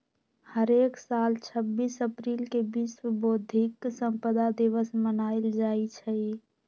हरेक साल छब्बीस अप्रिल के विश्व बौधिक संपदा दिवस मनाएल जाई छई